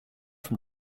from